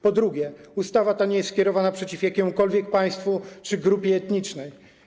Po drugie, ustawa ta nie jest skierowana przeciw jakiemukolwiek państwu czy grupie etnicznej.